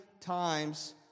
times